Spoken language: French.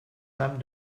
femmes